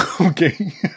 Okay